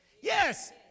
Yes